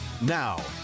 Now